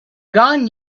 gotten